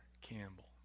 Campbell